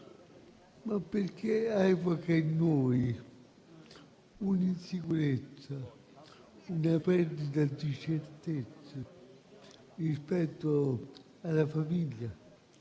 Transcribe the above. ma perché evoca in noi un'insicurezza e una perdita di certezza rispetto alla famiglia